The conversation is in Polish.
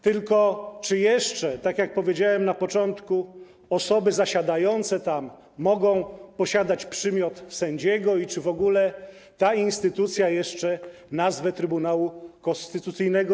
Tylko czy jeszcze, tak jak powiedziałem na początku, osoby zasiadające tam mogą posiadać przymiot sędziego i czy w ogóle ta instytucja jeszcze jest godna nosić nazwę Trybunału Konstytucyjnego?